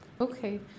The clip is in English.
Okay